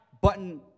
button